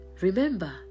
Remember